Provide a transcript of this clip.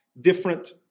different